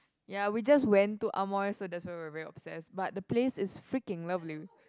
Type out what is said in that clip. ya we just went to Amoy so that's why we are very obsessed but the place is freaking lovely